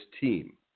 team